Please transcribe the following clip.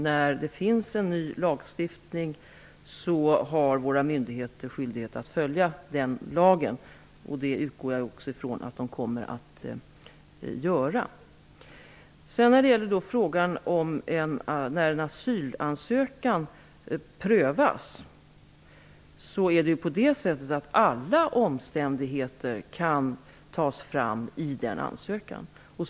När det finns en ny lagstiftning har våra myndigheter självklart skyldighet att följa den lagen. Det utgår jag också från att de kommer att göra. När det gäller frågan om när en asylansökan prövas är det på det sättet att alla omständigheter kan tas fram i den ansökan.